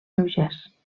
lleugers